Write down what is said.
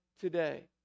today